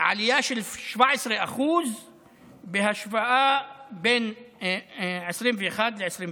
של 17% בהשוואה בין 2021 ל-2022.